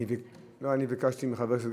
אדוני היושב-ראש, תודה, ראש וראשית